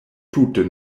tute